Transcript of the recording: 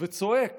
וצועק